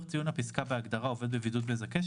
או עובד בבידוד מזכה,